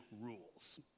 rules